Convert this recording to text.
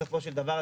בסופו של דבר,